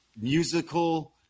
musical